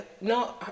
no